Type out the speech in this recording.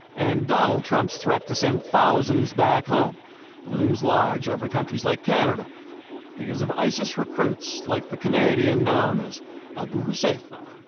and donald trump's threat to send thousands back home looms large over countries like canada because of isis recruits like the canadian known as abu huzaifa.